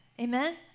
Amen